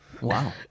Wow